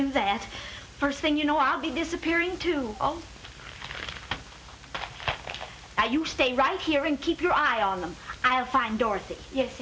do that first thing you know i'll be disappearing into you stay right here and keep your eye on them i'll find dorothy yes